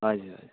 हजुर हजुर